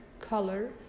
color